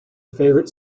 favorite